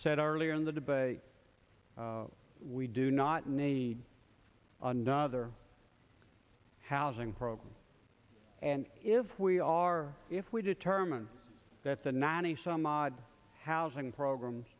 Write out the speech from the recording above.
said earlier in the debate we do not need another housing program and if we are if we determine that the ninety some odd housing programs